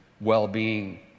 well-being